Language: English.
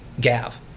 Gav